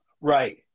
Right